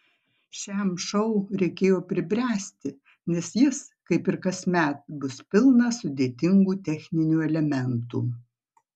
šiam šou reikėjo pribręsti nes jis kaip ir kasmet bus pilnas sudėtingų techninių elementų